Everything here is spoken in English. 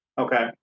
Okay